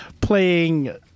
playing